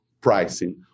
pricing